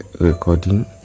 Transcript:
recording